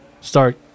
start